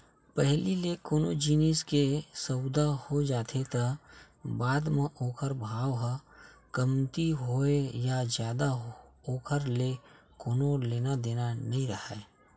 पहिली ले कोनो जिनिस के सउदा हो जाथे त बाद म ओखर भाव ह कमती होवय या जादा ओखर ले कोनो लेना देना नइ राहय